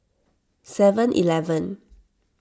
Seven Eleven